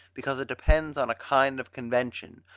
because it depends on a kind of convention,